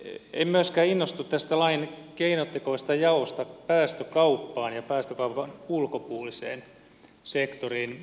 en myöskään innostu tästä lain keinotekoisesta jaosta päästökauppaan ja päästökaupan ulkopuoliseen sektoriin